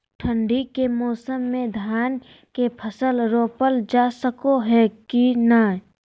ठंडी के मौसम में धान के फसल रोपल जा सको है कि नय?